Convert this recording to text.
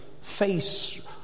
face